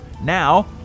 Now